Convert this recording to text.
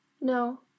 No